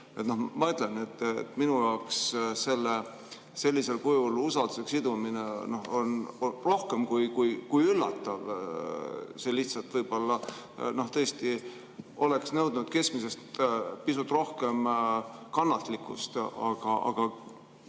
Ma ütlengi, et minu jaoks sellisel kujul usaldusega sidumine on rohkem kui üllatav. See lihtsalt võib-olla tõesti oleks nõudnud keskmisest pisut rohkem kannatlikkust.